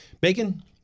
bacon